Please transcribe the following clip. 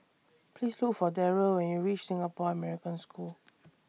Please Look For Darryll when YOU REACH Singapore American School